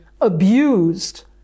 abused